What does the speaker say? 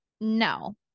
No